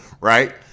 right